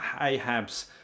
Ahab's